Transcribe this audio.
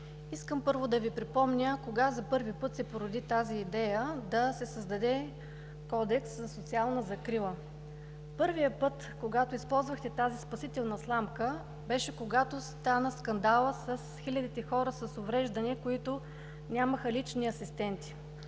искам да Ви припомня кога за първи път се породи тази идея да се създаде Кодекс за социална закрила. Първият път, когато използвахте тази спасителна сламка, беше когато стана скандалът с хилядите хора с увреждания, които нямаха лични асистенти.